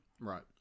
Right